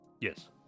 Yes